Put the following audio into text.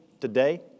today